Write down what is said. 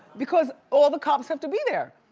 because all the cops have to be there.